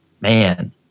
man